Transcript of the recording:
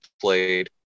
played